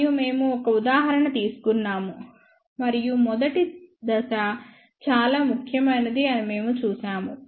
మరియు మేము ఒక ఉదాహరణ తీసుకున్నాము మరియు మొదటి దశ చాలా ముఖ్యమైనది అని మేము చూశాము